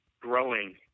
growing